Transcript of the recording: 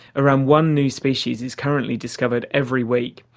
around one new species is currently discovered every week,